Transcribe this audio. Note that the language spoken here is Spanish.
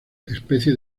especie